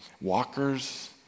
walkers